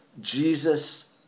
Jesus